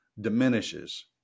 diminishes